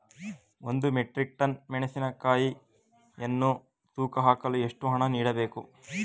ಒಂದು metric ton ಮೆಣಸಿನಕಾಯಿಯನ್ನು ತೂಕ ಹಾಕಲು ಎಷ್ಟು ಹಣ ನೀಡಬೇಕು?